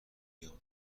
بیام